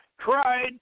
tried